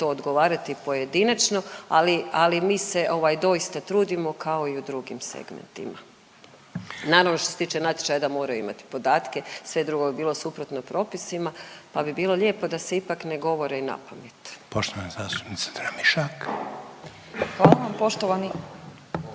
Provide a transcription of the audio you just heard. odgovarati pojedinačno ali, ali mi se ovaj doista trudimo kao i u drugim segmentima. Naravno što se tiče natječaja da moraju imati podatke, sve drugo bi bilo suprotno propisima pa bi bilo lijepo da se ipak ne govori napamet. **Reiner, Željko (HDZ)** Poštovana